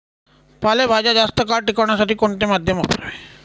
पालेभाज्या जास्त काळ टिकवण्यासाठी कोणते माध्यम वापरावे?